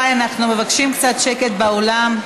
וגיאורגים, חברת הכנסת מיכל רוזין,